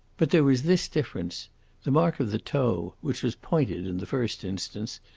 but there was this difference the mark of the toe, which was pointed in the first instance,